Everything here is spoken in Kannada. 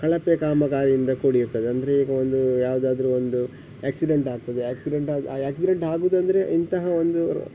ಕಳಪೆ ಕಾಮಗಾರಿಯಿಂದ ಕೂಡಿರ್ತದೆ ಅಂದರೆ ಈಗ ಒಂದು ಯಾವುದಾದ್ರು ಒಂದು ಆ್ಯಕ್ಸಿಡೆಂಟ್ ಆಗ್ತದೆ ಆ್ಯಕ್ಸಿಡೆಂಟ್ ಆದ ಆ ಆ್ಯಕ್ಸಿಡೆಂಟ್ ಆಗೋದಂದ್ರೆ ಇಂತಹ ಒಂದು